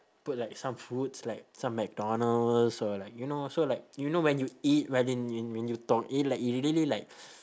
put like some foods like some mcdonald's or like you know so like you know when you eat but then when when you talk it like it really like